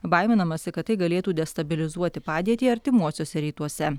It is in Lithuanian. baiminamasi kad tai galėtų destabilizuoti padėtį artimuosiuose rytuose